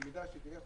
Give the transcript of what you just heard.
במידה ויהיה חולה,